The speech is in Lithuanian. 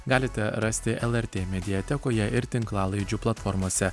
galite rasti lrt mediatekoje ir tinklalaidžių platformose